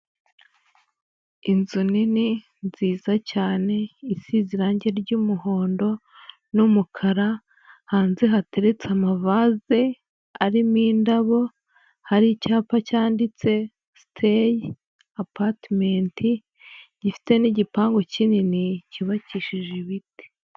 Inzu nini nziza cyane isize irangi ry'umuhondo n'umukara, hanze hateretse amavase arimo indabo, hari icyapa cyanditse siteyi apatimenti, gifite n'igipangu kinini cyubakishije ibiti.